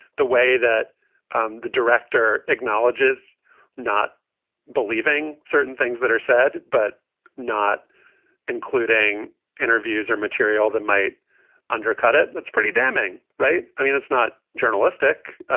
the way that um the director acknowledges not believing certain things that are said, but not including interviews or material that might undercut it. that's pretty damning, right? i mean, it's not journalistic.